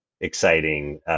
exciting